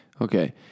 Okay